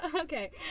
Okay